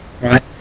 right